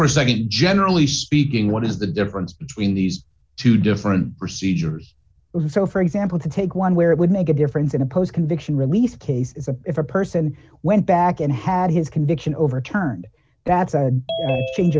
for a nd generally speaking what is the difference between these two different procedures so for example to take one where it would make a difference in a post conviction released case is a if a person went back and had his conviction overturned that's a change